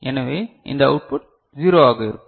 எனவே இந்த அவுட்புட் 0 ஆக இருக்கும்